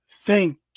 Thank